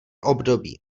období